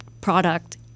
product